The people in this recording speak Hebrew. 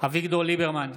אביגדור ליברמן,